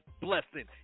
blessing